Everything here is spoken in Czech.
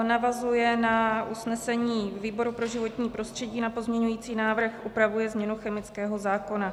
Navazuje na usnesení výboru pro životní prostředí na pozměňovací návrh, upravuje změnu chemického zákona.